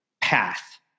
path